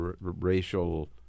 racial